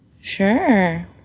Sure